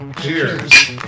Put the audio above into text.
cheers